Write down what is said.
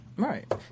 right